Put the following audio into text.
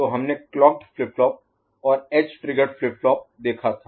तो हमने clocked flip flop और एज ट्रिगर्ड फ्लिप फ्लॉप देखा था